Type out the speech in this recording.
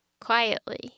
quietly